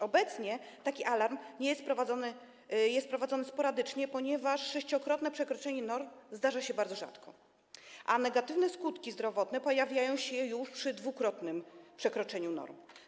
Obecnie taki alarm jest wprowadzany sporadycznie, ponieważ sześciokrotne przekroczenie norm zdarza się bardzo rzadko, ale negatywne skutki zdrowotne pojawiają się już przy dwukrotnym przekroczeniu norm.